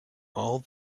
all